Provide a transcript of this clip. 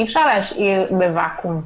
אי-אפשר להשאיר בוואקום.